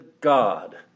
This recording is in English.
God